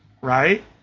right